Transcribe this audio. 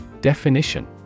Definition